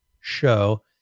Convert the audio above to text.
show